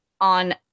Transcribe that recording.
on